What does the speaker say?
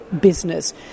business